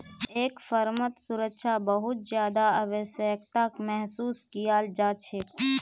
एक फर्मत सुरक्षा बहुत ज्यादा आवश्यकताक महसूस कियाल जा छेक